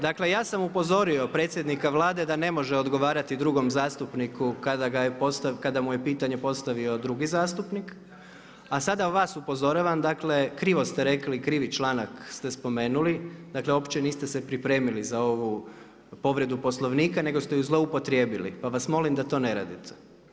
Dakle ja sam upozorio predsjednika Vlade da ne može odgovarati drugom zastupniku kada mu je pitanje postavio drugi zastupnik a sada vas upozoravam, dakle krivo ste rekli, krivi članak ste spomenuli, dakle uopće se niste pripremili za ovu povredu Poslovnika, nego ste ju zloupotrijebili, pa vas molim da to ne radite.